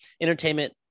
entertainment